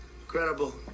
incredible